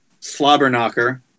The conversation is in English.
Slobberknocker